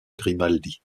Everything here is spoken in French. grimaldi